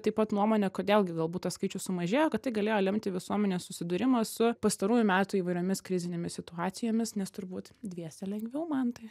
taip pat nuomonė kodėl gi galbūt tas skaičius sumažėjo kad tai galėjo lemti visuomenės susidūrimas su pastarųjų metų įvairiomis krizinėmis situacijomis nes turbūt dviese lengviau mantai